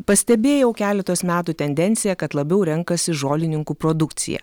pastebėjau keletos metų tendenciją kad labiau renkasi žolininkų produkciją